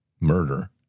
murder